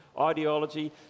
ideology